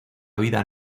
vida